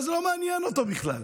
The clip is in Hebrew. זה לא מעניין אותו בכלל.